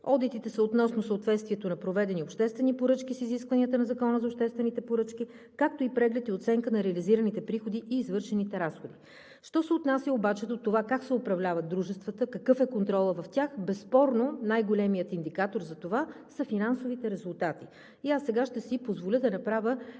Одитите са относно съответствието на проведени обществени поръчки с изискванията на Закона за обществените поръчки, както преглед и оценка на реализираните приходи и извършените разходи. Що се отнася обаче до това как се управляват дружествата, какъв е контролът в тях, безспорно най-големият индикатор за това са финансовите резултати. Аз сега ще си позволя да направя